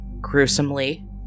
gruesomely